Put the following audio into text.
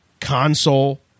console